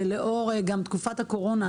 לאור גם תקופת הקורונה,